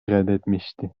reddetmişti